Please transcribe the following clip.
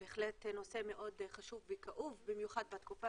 בהחלט נושא מאוד חשוב וכאוב במיוחד בתקופה